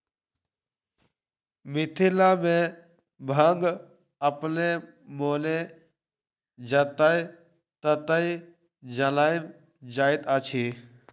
मिथिला मे भांग अपने मोने जतय ततय जनैम जाइत अछि